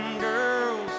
girls